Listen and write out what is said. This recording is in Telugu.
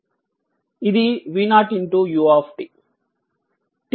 ఇది v0 u